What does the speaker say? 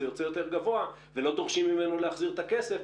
זה יוצא יותר גבוה ולא דורשים ממנו להחזיר את הכסף.